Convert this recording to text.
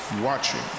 watching